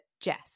jess